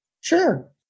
Sure